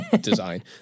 design